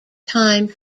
time